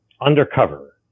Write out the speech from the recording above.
Undercover